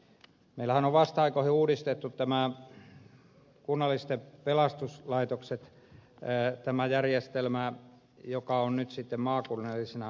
meillähän on vasta uudistettu nämä kunnalliset pelastuslaitokset tämä järjestelmä jossa ovat nyt sitten maakunnalliset pelastuslaitokset